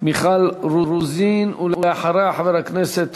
מיכל רוזין, ולאחריה, חבר כנסת